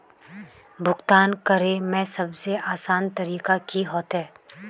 भुगतान करे में सबसे आसान तरीका की होते?